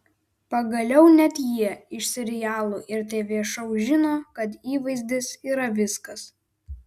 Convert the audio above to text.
pagaliau net jie iš serialų ir tv šou žino kad įvaizdis yra viskas